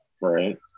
Right